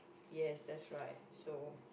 yes that's right so